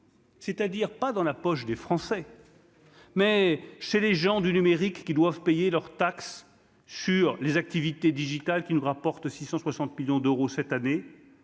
c'est-à-dire pas dans la poche des Français. Mais chez les gens du numérique qui doivent payer leur taxe sur les activités digitales qui ne rapporte 660 millions d'euros cette année,